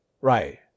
Right